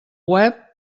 web